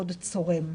מאוד צורם,